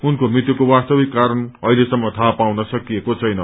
उनको मृत्युको वास्तविक कारण अहिलेसम्म थाहा पाउन सकिएको छैन